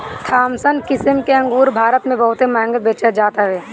Thompson किसिम के अंगूर भारत में बहुते महंग बेचल जात हअ